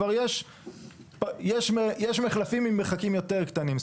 יש מחלפים עם מרחקים יותר קטנים.